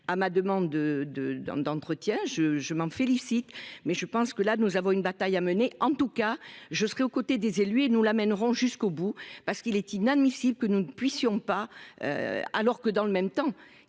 à ma demande de de d'd'entretien je je m'en félicite mais je pense que là nous avons une bataille à mener, en tout cas je serai aux côtés des élus et nous la mènerons jusqu'au bout parce qu'il est inadmissible que nous ne puissions pas. Alors que dans le même temps,